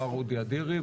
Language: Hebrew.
מר אודי אדירי,